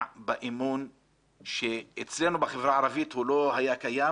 באמון שאצלנו בחברה הערבית הוא לא היה קיים,